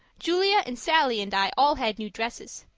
julia and sallie and i all had new dresses.